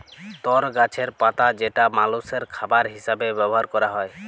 তর গাছের পাতা যেটা মালষের খাবার হিসেবে ব্যবহার ক্যরা হ্যয়